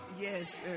Yes